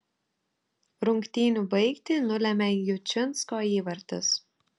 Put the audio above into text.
rungtynių baigtį nulėmė jučinsko įvartis